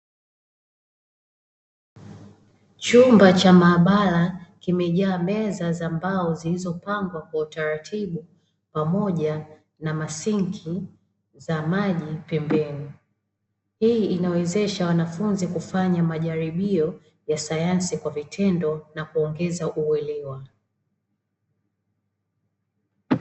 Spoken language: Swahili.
Chumba cha maabara, kimejaa meza za mbao zilizopangwa kwa utaratibu pamoja na masinki ya maji pembeni. Hii inawezesha wanafunzi kufanya majaribio ya sayansi kwa vitendo na kuongeza uelewa.